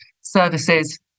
services